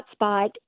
hotspot